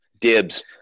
dibs